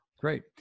great